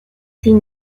sin